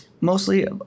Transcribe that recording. Mostly